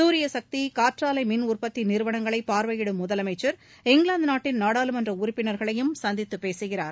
சூரியசக்தி மற்றும் காற்றாலை மின் உற்பத்தி நிறுவனங்களை பார்வையிடும் முதலமைச்சர் இங்கிலாந்து நாட்டின் நாடாளுமன்ற உறுப்பினர்களையும் சந்தித்து பேசுகிறார்